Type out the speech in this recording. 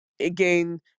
Again